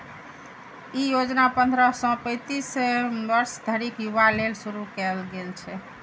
ई योजना पंद्रह सं पैतीस वर्ष धरिक युवा लेल शुरू कैल गेल छै